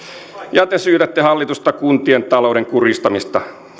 ja te syytätte hallitusta kuntien talouden kurjistamisesta